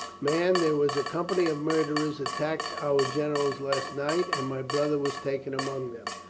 man, there was a company of murderers at tacked our generals last night and my brother was taken among them.